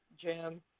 Jim